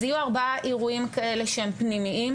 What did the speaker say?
אז יהיו ארבעה אירועים כאלה שהם פנימיים,